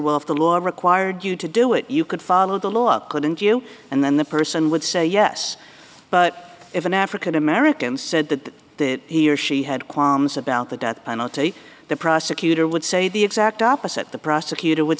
well if the law required you to do it you could follow the law couldn't you and then the person would say yes but if an african american said that that he or she had qualms about the death penalty the prosecutor would say the exact opposite the prosecutor would